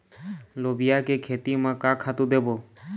लोबिया के खेती म का खातू देबो?